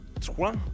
Trois